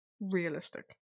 realistic